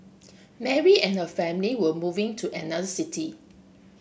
Mary and her family were moving to another city